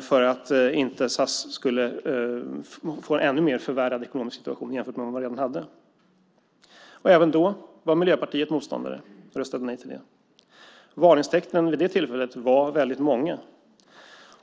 för att SAS inte skulle få en ännu värre ekonomisk situation än den man redan hade. Även då var Miljöpartiet motståndare till detta och röstade nej till det. Varningstecknen vid det tillfället var väldigt många.